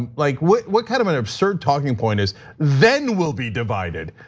and like what what kind of an absurd talking point is then will be divided.